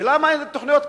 ולמה אין תוכניות?